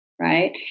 right